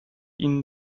ihnen